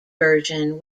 version